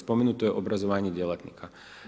Spomenuto je obrazovanje djelatnika.